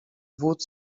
wódz